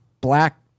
black